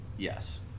Yes